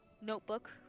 notebook